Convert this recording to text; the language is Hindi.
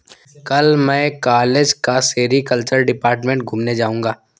कल मैं कॉलेज का सेरीकल्चर डिपार्टमेंट घूमने जाऊंगा